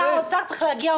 שר האוצר צריך להגיע,